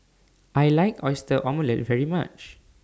I like Oyster Omelette very much